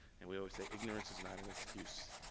and we always say, ignorance is not an excuse.